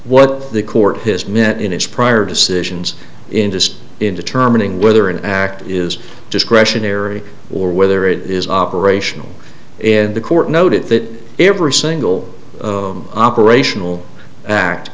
what the court has met in its prior decisions interest in determining whether an act is discretionary or whether it is operational and the court noted that every single operational act